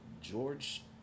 george